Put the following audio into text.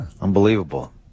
unbelievable